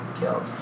killed